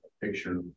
picture